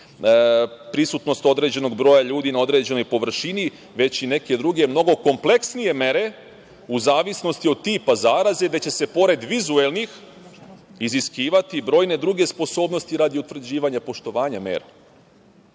prisutnost određenog broja ljudi na određenoj površini, već i neke druge mnogo kompleksnije mere, u zavisnosti od tipa zaraze, gde će se pored vizuelnih iziskivati i brojne druge sposobnosti radi utvrđivanja poštovanja